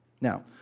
Now